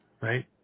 Right